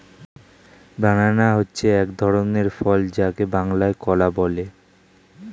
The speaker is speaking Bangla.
ব্যানানা হচ্ছে এক ধরনের ফল যাকে বাংলায় কলা বলে